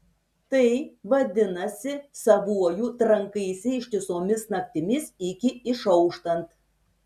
tai vadinasi savuoju trankaisi ištisomis naktimis iki išauštant